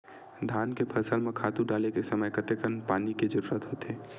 धान के फसल म खातु डाले के समय कतेकन पानी के जरूरत होथे?